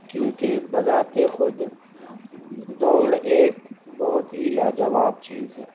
کیونکہ بذات خود دوڑ ایک بہت ہی لاجواب چیز ہے